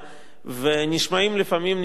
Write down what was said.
נשמעים לפעמים נימוקים